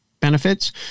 benefits